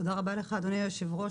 תודה רבה לך אדוני היושב ראש,